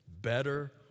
Better